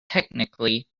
technically